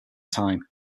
time